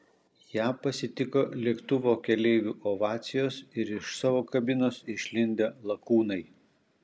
ją pasitiko lėktuvo keleivių ovacijos ir iš savo kabinos išlindę lakūnai